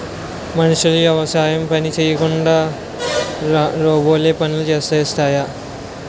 మనుషులు యవసాయం పని చేయకుండా రోబోలే పనులు చేసేస్తాయి